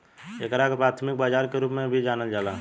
एकरा के प्राथमिक बाजार के रूप में भी जानल जाला